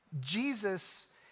Jesus